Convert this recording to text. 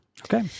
Okay